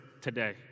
today